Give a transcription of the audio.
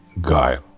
guile